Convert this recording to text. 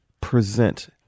present